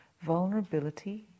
vulnerability